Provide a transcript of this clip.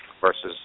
versus